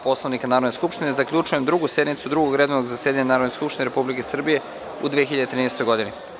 Poslovnika Narodne skupštine, zaključujem Drugu sednicu Drugog redovnog zasedanja Narodne skupštine Republike Srbije u 2013. godini.